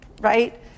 Right